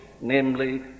namely